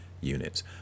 units